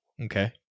Okay